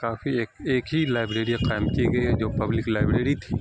کافی ایک ایک ہی لائبریری قائم کی گئی ہے جو پبلک لائبریری تھی